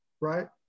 right